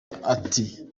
ati